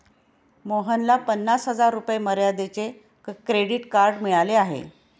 मोहनला पन्नास हजार रुपये मर्यादेचे क्रेडिट कार्ड मिळाले आहे